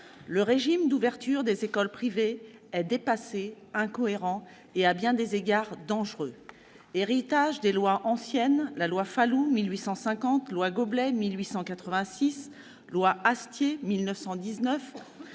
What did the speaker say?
le régime d'ouverture des écoles privées est dépassé, incohérent et, à bien des égards, dangereux. Héritage de lois anciennes- loi « Falloux » de 1850, loi « Goblet » de 1886 et loi « Astier »